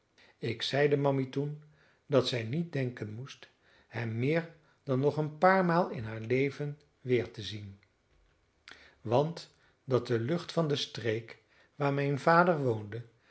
ik zeide mammy toen dat zij niet denken moest hem meer dan nog een paar maal in haar leven weer te zien want dat de lucht van de streek waar mijn vader woonde